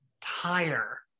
tire